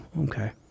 okay